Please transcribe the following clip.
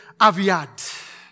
aviad